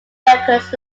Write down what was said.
records